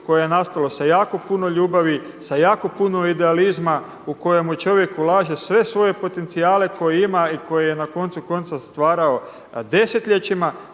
koje je nastalo sa jako puno ljubavi, sa jako puno idealizma u kojemu čovjek ulaže sve svoje potencijale koje ima i koje je na koncu konca stvarao desetljećima